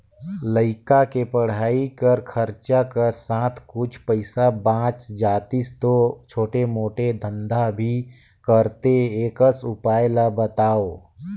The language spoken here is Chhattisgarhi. लइका के पढ़ाई कर खरचा कर साथ कुछ पईसा बाच जातिस तो छोटे मोटे धंधा भी करते एकस उपाय ला बताव?